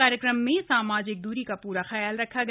कार्यक्रम में सामाजिक द्री का प्रा ख्याल रखा गया